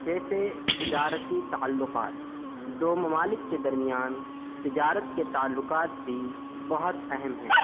جیسے تجارتی تعلّقات دو ممالک کے درمیان تجارت کے تعلّقات بھی بہت اہم ہیں